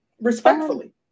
Respectfully